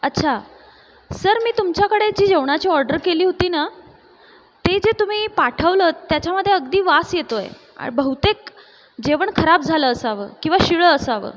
अच्छा सर मी तुमच्याकडे जी जेवणाची ऑर्डर केली होती ना ते जे तुम्ही पाठवलंत त्याच्यामध्ये अगदी वास येतोय बहुतेक जेवण खराब झालं असावं किंवा शिळं असावं